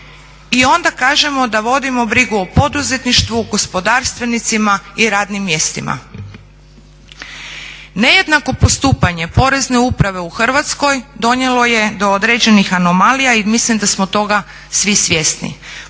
I onda kažemo da vodimo brigu o poduzetništvu, gospodarstvenicima i radnim mjestima. Nejednako postupanje Porezne uprave u Hrvatskoj donijelo je do određenih anomalija i mislim da smo toga svi svjesni.